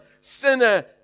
sinner